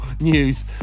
news